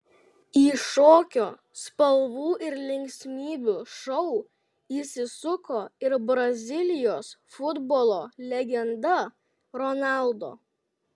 į šokio spalvų ir linksmybių šou įsisuko ir brazilijos futbolo legenda ronaldo